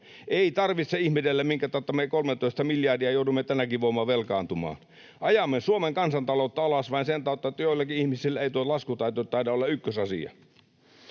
Ei tarvitse ihmetellä, minkä tautta me 13 miljardia joudumme tänäkin vuonna velkaantumaan. Ajamme Suomen kansantaloutta alas vain sen tautta, että joillakin ihmisillä ei tuo laskutaito taida olla ykkösasia.